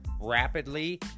rapidly